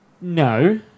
No